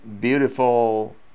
beautiful